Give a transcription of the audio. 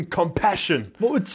compassion